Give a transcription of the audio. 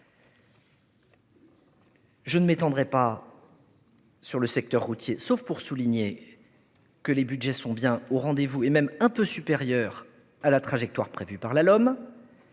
Je ne m'étendrai pas sur le secteur routier, sauf pour souligner que les budgets sont bien au rendez-vous et sont même légèrement supérieurs à la trajectoire prévue par la LOM.